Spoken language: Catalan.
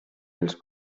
els